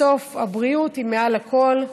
בסוף הבריאות היא מעל לכול.